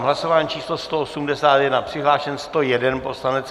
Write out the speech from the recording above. Hlasování číslo 181, přihlášen 101 poslanec.